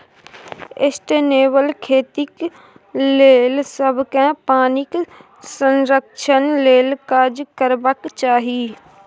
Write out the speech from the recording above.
sustainable खेतीक लेल सबकेँ पानिक संरक्षण लेल काज करबाक चाही